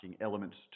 elements